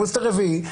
בוסטר רביעי,